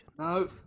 No